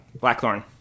Blackthorn